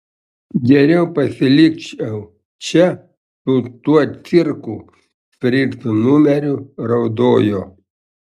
geriau pasilikčiau čia su tuo cirku frico numeriu raudojo